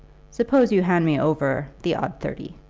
suppose you hand me over the odd thirty.